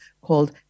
called